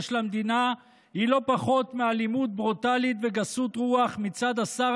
של המדינה הוא לא פחות מאלימות ברוטלית וגסות רוח מצד השר